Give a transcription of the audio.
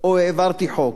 העברתי חוק.